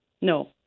No